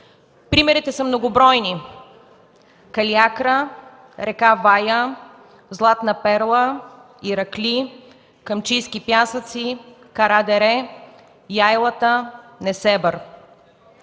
примерите са многобройни: Калиакра, река Вая, Златна перла, Иракли, Камчийски пясъци, Кара дере, Яйлата, Несебър.